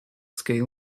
scale